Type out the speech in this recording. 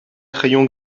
crayon